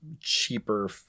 cheaper